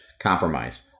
compromise